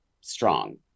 strong